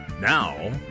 Now